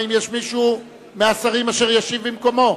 האם יש מישהו מהשרים אשר ישיב במקומו?